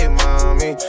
mommy